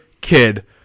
kid